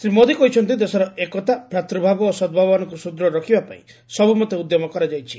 ଶ୍ରୀ ମୋଦୀ କହିଛନ୍ତି ଦେଶର ଏକତା ଭ୍ରାତୂଭାବ ଓ ସଦଭାବନାକୁ ସୁଦୃଢ଼ ରଖିବା ପାଇଁ ସବୁମତେ ଉଦ୍ୟମ କରାଯାଇଛି